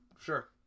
Sure